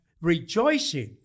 rejoicing